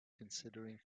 considering